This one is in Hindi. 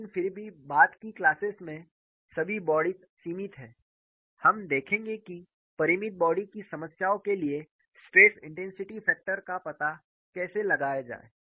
लेकिन फिर भी बाद की क्लास में चूंकि सभी बॉडीज सीमित हैं हम देखेंगे कि परिमित बॉडी की समस्याओं के लिए स्ट्रेस इंटेंसिटी फैक्टर का पता कैसे लगाया जाए